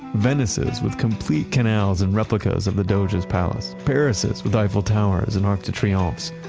venices with complete canals and replicas of the doge's palace. parises with eiffel towers and arc de triomphes,